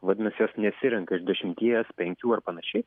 vadinasi jos nesirenka iš dešimties penkių ar panašiai